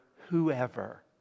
whoever